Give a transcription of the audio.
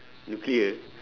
nuclear